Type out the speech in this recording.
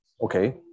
okay